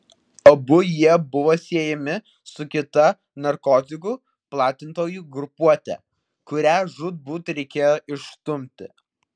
abu jie buvo siejami su kita narkotikų platintojų grupuote kurią žūtbūt reikėjo išstumti